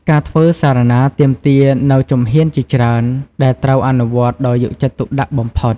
ការធ្វើសារណាទាមទារនូវជំហានជាច្រើន ដែលត្រូវអនុវត្តដោយយកចិត្តទុកដាក់បំផុត។